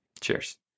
Cheers